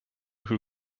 who